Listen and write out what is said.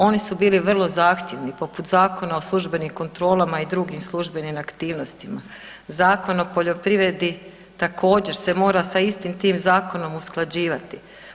Oni su bili vrlo zahtjevni poput Zakona o službenim kontrolama i drugim službenim aktivnostima, Zakon o poljoprivredi također se mora sa istim tim zakonom usklađivati.